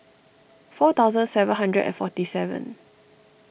four thousand seven hundred and forty seven